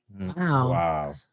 Wow